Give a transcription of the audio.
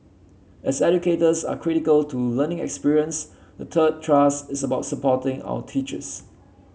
as educators are critical to learning experience the third thrust is about supporting our teachers